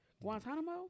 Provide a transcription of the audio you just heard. Guantanamo